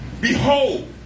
Behold